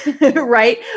right